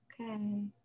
Okay